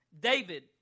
David